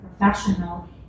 professional